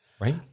right